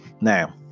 Now